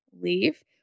leave